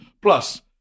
Plus